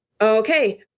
okay